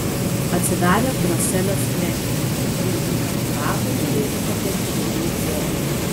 atsidarė droselio sklendė ir į karbiuratorių ėmė patekti daugiau oro